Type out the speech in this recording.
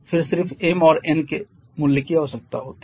फिर सिर्फ m और n के मूल्य की आवश्यकता होती है